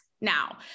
Now